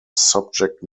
subject